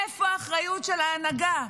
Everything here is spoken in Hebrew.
איפה האחריות של ההנהגה?